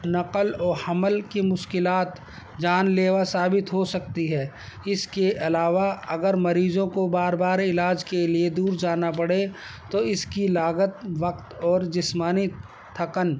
نقل و حمل کی مشکلات جان لیوا ثابت ہو سکتی ہے اس کے علاوہ اگر مریضوں کو بار بار علاج کے لیے دور جانا پڑے تو اس کی لاگت وقت اور جسمانی تھکن